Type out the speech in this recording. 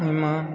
ओहिमऽ